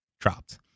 dropped